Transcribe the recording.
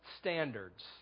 standards